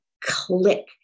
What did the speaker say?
click